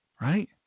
Right